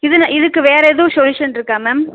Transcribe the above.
இதில் இதுக்கு வேறு எதுவும் சொல்யூஷன் இருக்கா மேம்